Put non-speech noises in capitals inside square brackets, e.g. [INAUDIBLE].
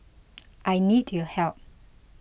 [NOISE] I need your help